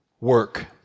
work